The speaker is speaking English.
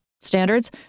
standards